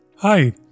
Hi